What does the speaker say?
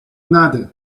نده